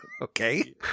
Okay